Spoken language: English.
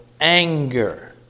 anger